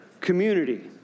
community